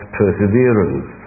perseverance